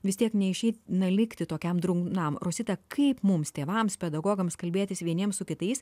vis tiek neišeina likti tokiam drungnam rosita kaip mums tėvams pedagogams kalbėtis vieniems su kitais